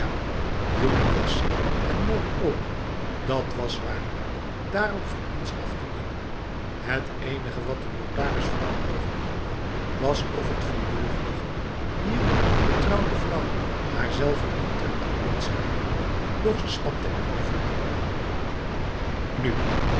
jong was ze en mooi ook dat was waar daarop viel niets af te dingen het enige wat de notarisvrouw overwoog was of het verjeugdigen dier getrouwde vrouw haarzelve niet te oud deed schijnen doch ze stapte eroverheen nu